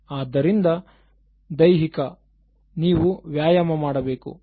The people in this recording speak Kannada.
ಆದ್ದರಿಂದ ದೈಹಿಕ ನೀವು ವ್ಯಾಯಾಮ ಮಾಡಬೇಕು